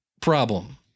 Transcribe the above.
problem